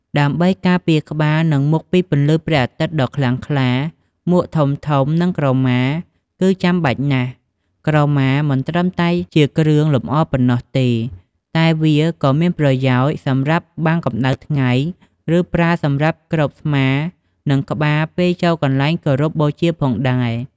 ដើម្បីការពារក្បាល និងមុខពីពន្លឺព្រះអាទិត្យដ៏ខ្លាំងក្លា មួកធំៗ និងក្រមា គឺចាំបាច់ណាស់។ ក្រមាមិនត្រឹមតែជាគ្រឿងលម្អប៉ុណ្ណោះទេ តែវាក៏មានប្រយោជន៍សម្រាប់បាំងកម្ដៅថ្ងៃ ឬប្រើសម្រាប់គ្របស្មា និងក្បាលពេលចូលកន្លែងគោរពបូជាផងដែរ។